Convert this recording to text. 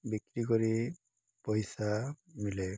ବିକ୍ରି କରି ପଇସା ମିଲେ